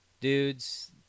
dudes